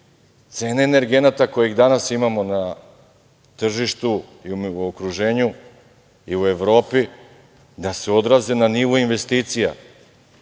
cene energenata koje danas imamo na tržištu i u okruženju i u Evropi da se odraze na nivo investicija